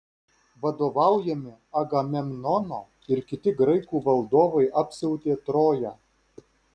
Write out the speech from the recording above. vadovaujami agamemnono ir kiti graikų valdovai apsiautė troją